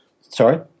Sorry